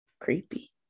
Creepy